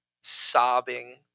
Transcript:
sobbing